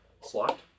slot